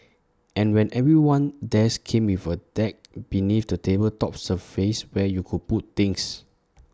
and when everyone's desk came with A deck beneath the table's top surface where you could put things